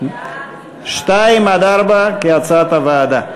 2 4 כהצעת הוועדה.